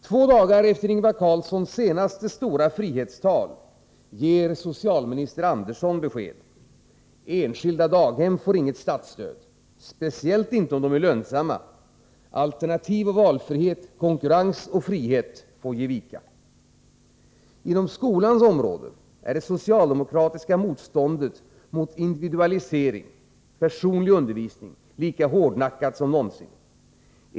Två dagar efter Ingvar Carlssons senaste stora frihetstal ger socialminister Andersson besked. Enskilda daghem får inget statsstöd, speciellt inte om de är lönsamma. Alternativ och valfrihet, konkurrens och frihet, får ge vika. Inom skolans område är det socialdemokratiska motståndet mot individualisering — personlig undervisning — lika hårdnackat som någonsin.